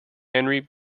henry